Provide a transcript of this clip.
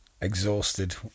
exhausted